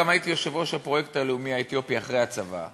אבל גם הייתי יושב-ראש הפרויקט הלאומי האתיופי אחרי הצבא.